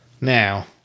Now